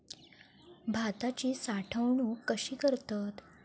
भाताची साठवूनक कशी करतत?